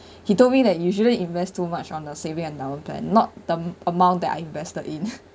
he told me that usually invest too much on the saving endowment plan not the amount that I invested in